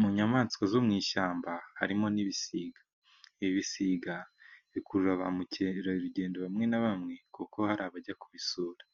Mu nyamaswa zo mu ishyamba harimo n'ibisiga, ibisiga bikurura ba mukerarurugendo bamwe na bamwe kuko hari abajya kubisura.